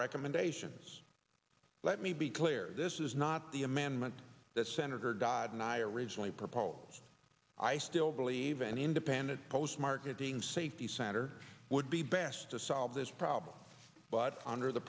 recommendations let me be clear this is not the amendment that senator dodd and i originally proposed i still believe and independent post marketing safety center would be best to solve this problem but under the